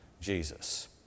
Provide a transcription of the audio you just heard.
Jesus